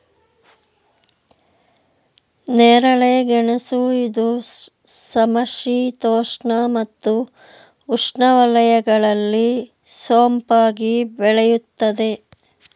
ನೇರಳೆ ಗೆಣಸು ಇದು ಸಮಶೀತೋಷ್ಣ ಮತ್ತು ಉಷ್ಣವಲಯಗಳಲ್ಲಿ ಸೊಂಪಾಗಿ ಬೆಳೆಯುತ್ತದೆ